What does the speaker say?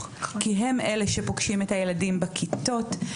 כי הם אלה שפוגשים את הילדים בכיתות,